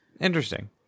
Interesting